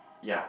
ya